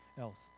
else